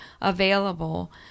available